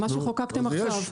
מה שחוקקתם עכשיו,